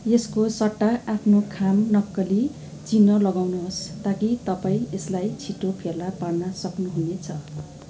यसको सट्टा आफ्नो खाम नक्कली चिन्ह लगाउनुहोस् ताकि तपाईँ यसलाई छिटो फेला पार्न सक्नुहुने छ